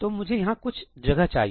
तो मुझे यहां कुछ जगह चाहिए